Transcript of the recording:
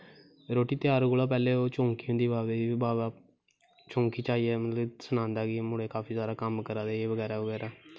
रुट्टी तैयार कोला दा पैह्लैं चौकी बावे दी बावा चौंकी च आइयै चौंकी च सनांदा कि मुड़े काफी सारा कम्म करा दे बगैरा बगैरा